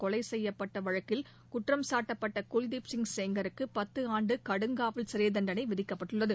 கொலை செய்யப்பட்ட வழக்கில் குற்றம்சாட்டப்பட்ட குல்தீப் சிங் செங்காருக்கு பத்து ஆண்டு கடுங்காவல் சிறை தண்டனை விதிக்கப்பட்டுள்ளது